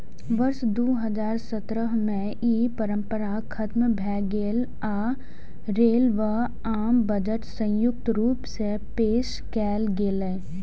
वर्ष दू हजार सत्रह मे ई परंपरा खतम भए गेलै आ रेल व आम बजट संयुक्त रूप सं पेश कैल गेलै